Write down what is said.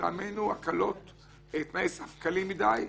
לטעמנו הן תנאי סף קלים מדי,